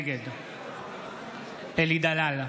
נגד אלי דלל,